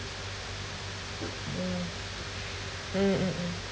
mm mm mm mm